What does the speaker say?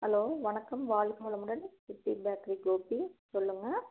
hello வணக்கம் வாழ்க வளமுடன் இப்பி பேக்ரி கோபி சொல்லுங்கள்